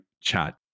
chat